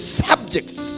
subjects